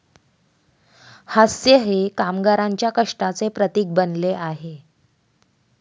हास्य हे कामगारांच्या कष्टाचे प्रतीक बनले आहे